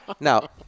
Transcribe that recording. Now-